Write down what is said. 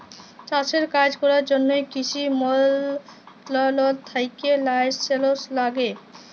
চাষের কাজ ক্যরার জ্যনহে কিসি মলত্রলালয় থ্যাকে লাইসেলস ল্যাগে